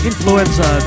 Influenza